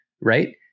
right